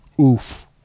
Oof